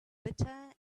bitter